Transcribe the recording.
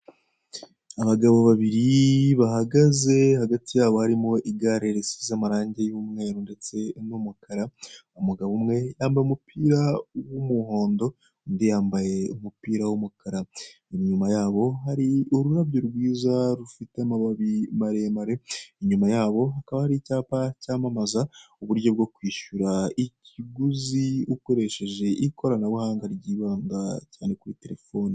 Abagabo babiri bahagaze hagati yabo harimo igare risize amarange y'umweru ndetse n'umukara, umugabo umwe yambaye umupira w'umuhondo undi yambaye umupira w'umukara inyuma yabo hari ururabyo rwiza rufite amababi maremare, inyuma yabo hakaba hari icyapa cyamamaza uburyo bwo kwishyura ikiguzi ukoresheje ikoranabuhanga ryibanda cyane kuri telefone.